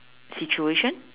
situation